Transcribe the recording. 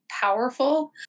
powerful